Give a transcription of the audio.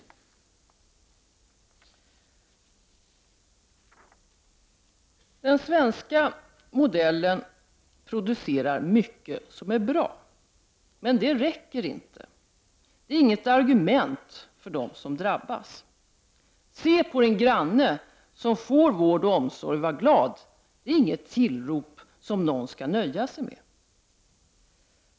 Den svenska modellen producerar mycket som är bra, men det räcker inte. Det är inget argument för dem som drabbas. Se på din granne, som får vård och omsorg, och var glad! Detta är inget tillrop som någon skall behöva nöja sig med.